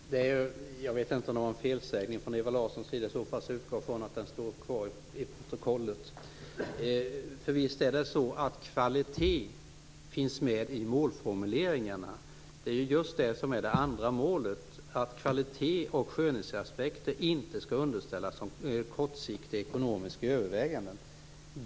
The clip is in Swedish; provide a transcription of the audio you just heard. Fru talman! Jag vet inte om det var en felsägning från Ewa Larssons sida. I så fall utgår jag från att den står kvar i protokollet. Visst är det så att kvalitet finns med i målformuleringarna. Det är just det som är det andra målet, dvs. att kvalitet och skönhetsaspekter inte skall underställas kortsiktiga ekonomiska överväganden.